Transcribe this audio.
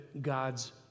God's